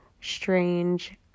strange